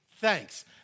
thanks